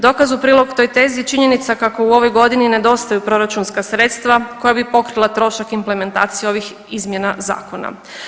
Dokaz u prilog toj tezi je činjenica kako u ovoj godini nedostaju proračunska sredstva koja bi pokrila trošak implementacije ovih izmjena zakona.